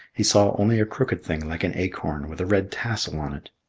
he saw only a crooked thing like an acorn, with a red tassel on it.